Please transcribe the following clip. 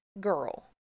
girl